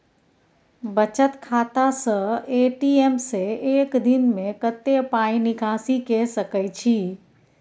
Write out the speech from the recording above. बचत खाता स ए.टी.एम से एक दिन में कत्ते पाई निकासी के सके छि?